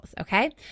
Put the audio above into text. okay